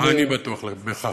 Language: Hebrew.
אני בטוח בכך.